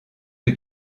que